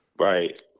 right